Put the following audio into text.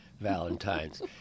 Valentines